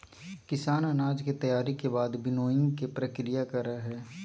किसान अनाज के तैयारी के बाद विनोइंग के प्रक्रिया करई हई